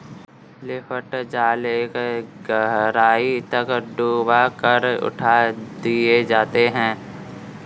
lift जाल एक गहराई तक डूबा कर उठा दिए जाते हैं